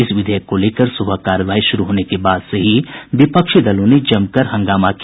इस विधेयक को लेकर सुबह कार्यवाही शुरू होने के बाद से ही विपक्षी दलों ने जमकर हंगामा किया